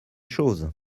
choses